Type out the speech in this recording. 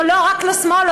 או לא רק לשמאל,